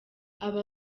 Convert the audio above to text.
aba